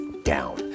down